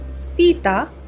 Sita